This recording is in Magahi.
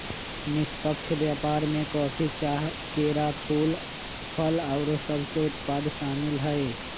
निष्पक्ष व्यापार में कॉफी, चाह, केरा, फूल, फल आउरो सभके उत्पाद सामिल हइ